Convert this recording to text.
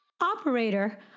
Operator